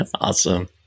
Awesome